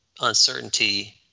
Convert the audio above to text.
uncertainty